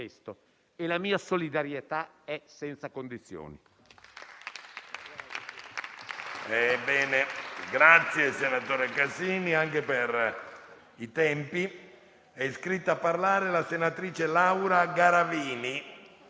dove si è manifestata una pericolosa commistione, quindi, tra estremisti delle destre neofasciste e appunto altre varie frange, in alcuni territori anche esponenti della criminalità organizzata, tutti soggetti con una forte propensione alla violenza